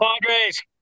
Padres